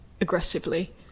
aggressively